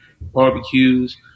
barbecues